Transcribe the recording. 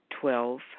Twelve